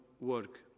work